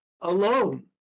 alone